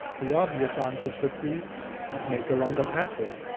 the obvious answer should be make a longer password.